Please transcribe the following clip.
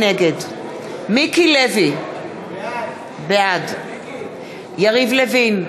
נגד מיקי לוי, בעד יריב לוין,